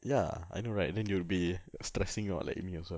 ya I know right then you'll be stressing out like me also